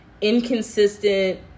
inconsistent